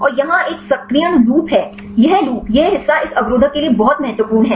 और यहाँ एक सक्रियण लूप है यह लूप यह हिस्सा इस अवरोधक के लिए बहुत महत्वपूर्ण है